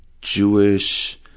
Jewish